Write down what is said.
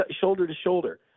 shoulder-to-shoulder